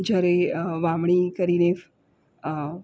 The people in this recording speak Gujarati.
જ્યારે વાવણી કરીને